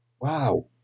Wow